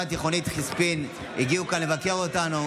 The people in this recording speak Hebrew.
התיכונית חיספין הגיעו לכאן לבקר אותנו.